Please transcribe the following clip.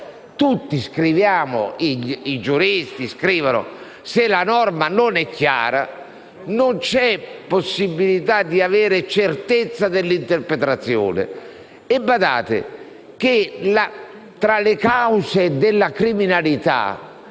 Tutti i giuristi scrivono che se la norma non è chiara, non c'è possibilità di avere certezza dell'interpretazione. Badate che tra le cause della criminalità